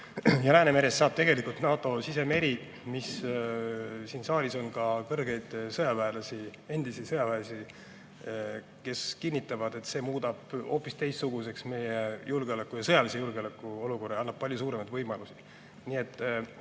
Ja Läänemerest saab tegelikult NATO sisemeri. Siin saalis on ka kõrgeid sõjaväelasi, endisi sõjaväelasi, kes kinnitavad, et see muudab hoopis teistsuguseks meie julgeoleku, sõjalise julgeoleku olukorra ja annab palju suuremaid võimalusi.